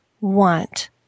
want